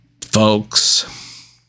folks